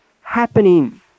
happening